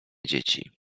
dzieci